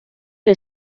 que